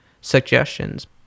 suggestions